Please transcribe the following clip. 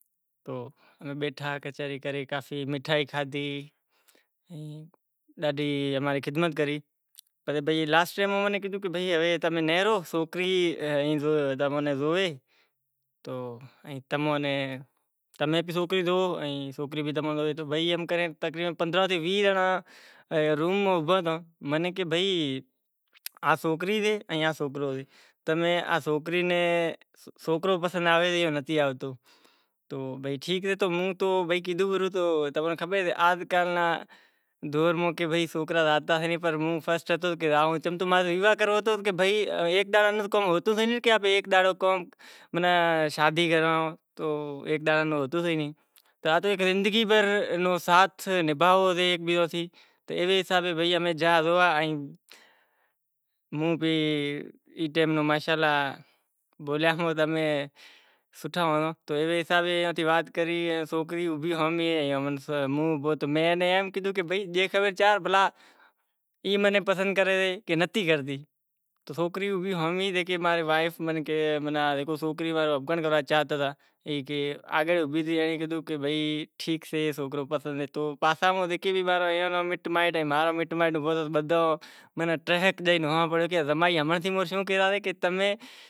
بیٹھا کچہری کری مٹھائی کھادہی ڈاڈہی اماں ری خدمت کری لاسٹ ٹائیم امیں کیدہو بھائی تمیں نیہرو سوکری تمیں زوئے تمیں سوکری ناں زوئو انیں سوکرو پسند آوے سے جاں نتھی آوتو، موں کیدہو پرہو کہ آجکل نے دور میں سوکرو زاہتو نتھی پنڑ موں گیو ای زندگی بھر نو ساتھ سے نبھانوڑو سے تو ہوں گیو تو ایوے حساب تھیں امیں گیا زویا ہوں بھی ای ٹیم میں ماشا الاہوں بھی سوٹھو لاگتو تو میں کیدہو ڈے خبر چار ای منیں پسند کرے سے جاں نتھی کرتی۔ تو سوکری اوبھی ہومہیں منیں کہے کہ ٹھیک سے سوکرو پسند سے تو ہاراں ٹہک ڈئی کہیو کہ جمائی تھئی گیو۔